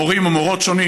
מורים ומורות שונים.